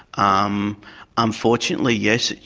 um unfortunately, yes,